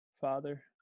father